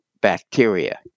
bacteria